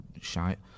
shite